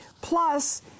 plus